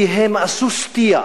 כי הם עשו סטייה